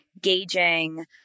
gauging